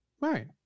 Right